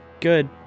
good